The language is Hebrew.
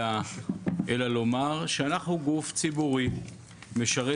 אלא לומר שאנחנו גוף ציבורי משרת